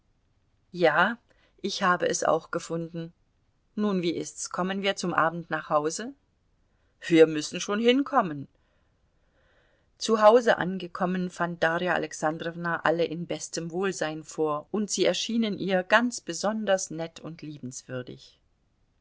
ja ich habe es auch gefunden nun wie ist's kommen wir zum abend nach hause wir müssen schon hinkommen zu hause angekommen fand darja alexandrowna alle in bestem wohlsein vor und sie erschienen ihr ganz besonders nett und liebenswürdig